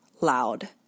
Loud